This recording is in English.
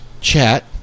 chat